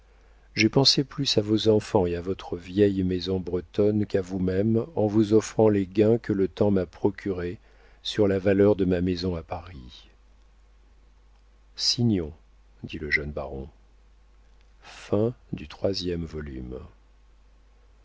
j'ai pensé plus à vos enfants et à votre vieille maison bretonne qu'à vous-même en vous offrant les gains que le temps m'a procurés sur la valeur de ma maison à paris signons dit le jeune baron